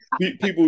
People